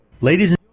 Ladies